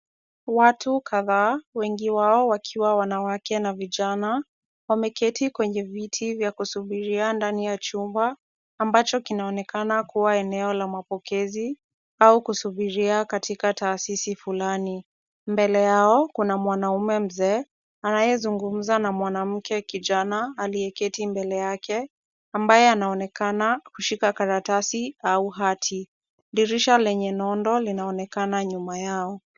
Watu kadhaa wengi wao wakiwa wanawake na vijana wameketi kwenye viti vya kusubiria ndani ya chumba ambacho kinaonekana kuwa eneo la mapokezi au kusubiria katika taasisi fulani mbele yao kuna wanaume mzee anayezungumza na mwanamke kijana aliyeketi mbele yake ambaye anaonekana kushika karatasi au hati. Dirisha lenye nondo linaonekana nyuma yao.